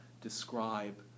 describe